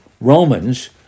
Romans